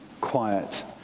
quiet